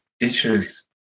issues